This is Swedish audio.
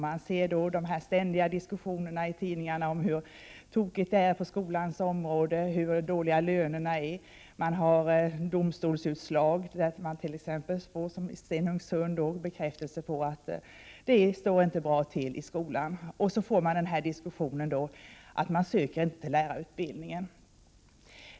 Man ser de ständiga diskussionerna i tidningarna om hur tokigt det är på skolans område, hur dåliga lönerna är. Det har kommit domstolsbeslut som det som gällde Stenungsund, där man får bekräftelse på att det inte står bra tilli skolan. Sedan kommer denna diskussion om att det inte är tillräckligt många som söker till lärarutbildningen.